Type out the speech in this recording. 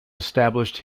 established